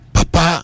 Papa